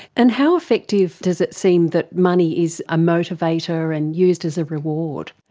and how effective does it seem that money is a motivator and used as a reward?